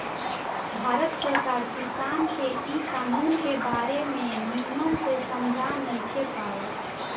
भारत सरकार किसान के ए कानून के बारे मे निमन से समझा नइखे पावत